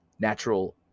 natural